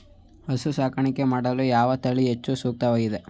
ಹಸು ಸಾಕಾಣಿಕೆ ಮಾಡಲು ಯಾವ ತಳಿ ಹೆಚ್ಚು ಸೂಕ್ತವಾಗಿವೆ?